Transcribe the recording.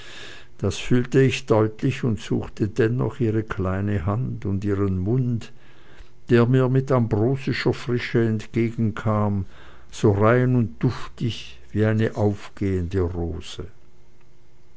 das fühlte ich deutlich und suchte dennoch ihre kleine hand und ihren mund der mir mit ambrosischer frische entgegenkam so rein und duftig wie eine aufgehende rose